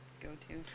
go-to